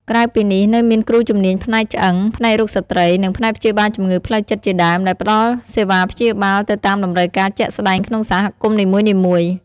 ក្រៅពីនេះ នៅមានគ្រូជំនាញផ្នែកឆ្អឹង ផ្នែករោគស្ត្រី និងផ្នែកព្យាបាលជំងឺផ្លូវចិត្តជាដើម ដែលផ្តល់សេវាព្យាបាលទៅតាមតម្រូវការជាក់ស្តែងក្នុងសហគមន៍នីមួយៗ។